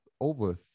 over